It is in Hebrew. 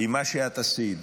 עם מה שאת עשית.